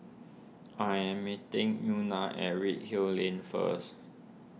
I am meeting Euna at Redhill Lane first